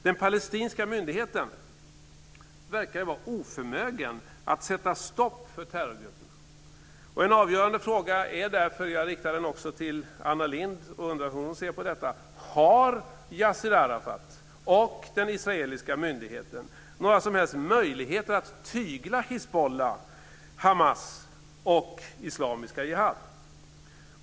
Den palestinska myndigheten verkar vara oförmögen att sätta stopp för terrorgrupperna. En avgörande fråga är därför, och den riktar jag också till Anna Lindh: Har Yassir Arafat och den israeliska myndigheten några som helst möjligheter att tygla hizbolla, hamas och islamiska jihad?